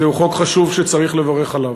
זהו חוק חשוב שצריך לברך עליו.